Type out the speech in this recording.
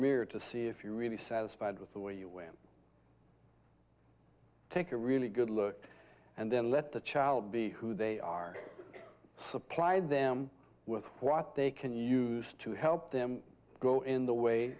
mirror to see if you're really satisfied with the way you women take a really good look and then let the child be who they are supplied them with what they can use to help them grow in the way